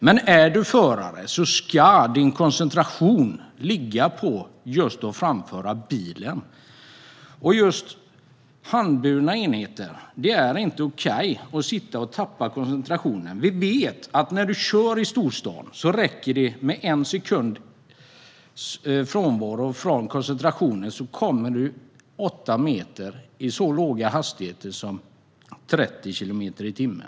Men är du förare ska din koncentration ligga på framförandet av bilen. Det är inte okej att tappa koncentrationen på grund av handburna enheter. Vi vet att när du kör i storstan räcker det att tappa koncentrationen i en sekund för att du ska komma 8 meter vid så låg hastighet som 30 kilometer per timme.